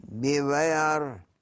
Beware